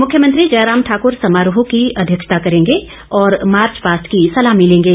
मुख्यमंत्री जयराम ठाकुर समारोह की अध्यक्षता करेंगे और मार्च पास्ट की सलामी लेंगे